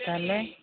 ତାହେଲେ